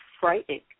frightening